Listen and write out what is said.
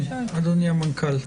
אדוני המנכ"ל.